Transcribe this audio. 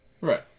Right